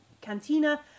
cantina